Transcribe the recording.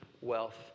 wealth